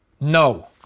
No